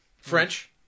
French